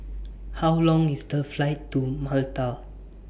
How Long IS The Flight to Malta